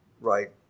right